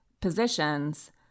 positions